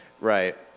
right